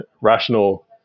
rational